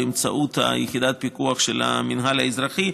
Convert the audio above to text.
באמצעות יחידת הפיקוח של המינהל האזרחי,